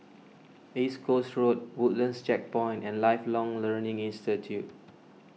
East Coast Road Woodlands Checkpoint and Lifelong Learning Institute